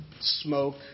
smoke